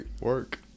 work